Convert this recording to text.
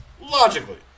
Logically